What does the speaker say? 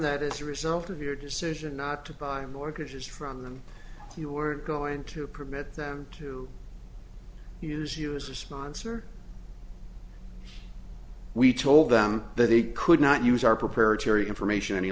that as a result of your decision not to buy mortgages from them you were going to permit them to use you as a sponsor we told them that they could not use our prepared terry information any